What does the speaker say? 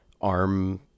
arm